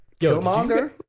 Killmonger